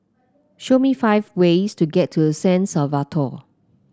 show me five ways to get to San Salvador